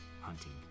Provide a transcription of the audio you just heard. hunting